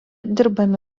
dirbami